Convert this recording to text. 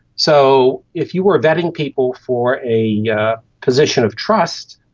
so if you were vetting people for a yeah position of trust,